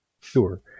Sure